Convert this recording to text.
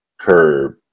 Curb